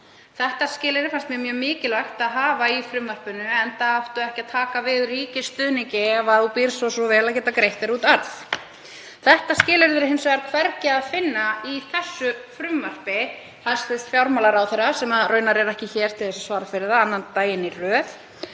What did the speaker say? Þetta skilyrði fannst mér mjög mikilvægt að hafa í frumvarpinu enda áttu ekki að taka við ríkisstuðningi ef þú býrð svo vel að geta greitt þér út arð. Þetta skilyrði er hins vegar hvergi að finna í þessu frumvarpi hæstv. fjármálaráðherra, sem raunar er ekki hér til að svara fyrir það annan daginn í röð.